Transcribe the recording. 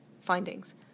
findings